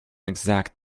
exact